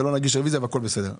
ולא נגיש רוויזיה והכול בסדר.